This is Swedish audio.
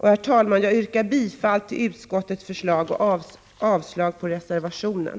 Herr talman! Jag yrkar bifall till utskottets förslag och avslag på reservationen.